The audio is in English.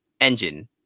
engine